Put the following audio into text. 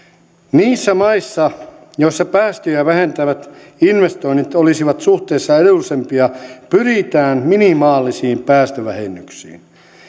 niissä maissa joissa päästöjä vähentävät investoinnit olisivat suhteessa edullisempia pyritään minimaalisiin päästövähennyksiin